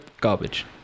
garbage